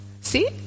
See